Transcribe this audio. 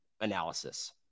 analysis